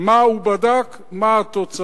מה הוא בדק, מה התוצאות,